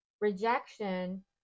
rejection